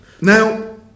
Now